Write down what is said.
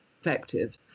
effective